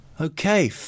Okay